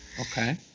Okay